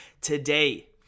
today